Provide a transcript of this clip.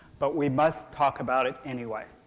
but we must talk about it anyway.